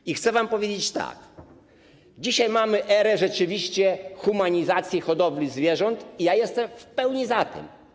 I chcę wam powiedzieć tak: dzisiaj mamy erę rzeczywiście humanizacji hodowli zwierząt i ja jestem w pełni za tym.